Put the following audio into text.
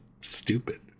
stupid